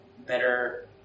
better